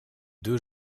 deux